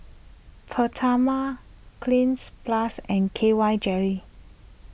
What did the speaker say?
Peptamen Cleanz Plus and K Y Jery